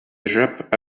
échappent